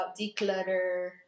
declutter